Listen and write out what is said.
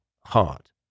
heart